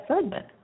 segment